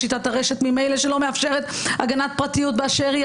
שיטת הרשת ממילא שלא מאפשרת הגנת פרטיות באשר היא,